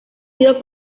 sido